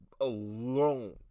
alone